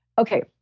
okay